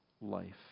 life